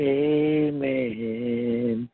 amen